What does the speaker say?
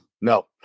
No